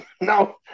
No